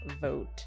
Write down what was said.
vote